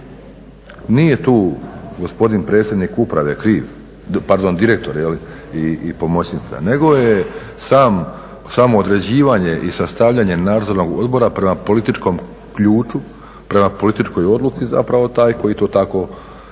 Nije tu gospodin predsjednik uprave kriv, pardon direktor i pomoćnica, nego je samo određivanje i sastavljanje nadzornog odbora prema političkom ključu, prema političkoj odluci zapravo taj koji to tako određuje,